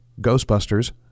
Ghostbusters